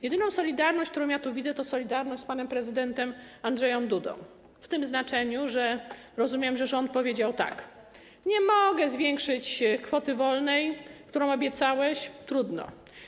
Jedyna solidarność, którą ja tu widzę, to solidarność z panem prezydentem Andrzejem Dudą, w tym znaczeniu, że rozumiem, że rząd powiedział tak: Nie mogę zwiększyć kwoty wolnej, którą obiecałeś - trudno.